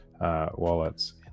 wallets